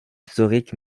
historiques